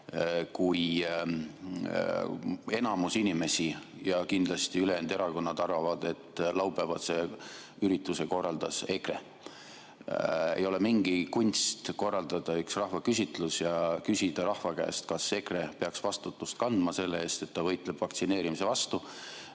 kui enamus inimesi ja kindlasti ülejäänud erakonnad arvavad, et laupäevase ürituse korraldas EKRE, siis ei ole mingi kunst korraldada üks rahvaküsitlus ja küsida rahva käest, kas EKRE peaks vastutust kandma selle eest, et ta võitleb vaktsineerimise vastu